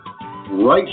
right